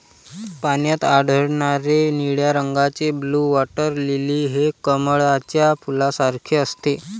पाण्यात आढळणारे निळ्या रंगाचे ब्लू वॉटर लिली हे कमळाच्या फुलासारखे असते